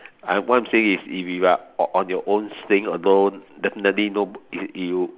what I'm saying is if you are on your own staying alone definitely no you you